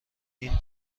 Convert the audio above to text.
این